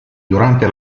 durante